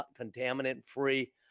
contaminant-free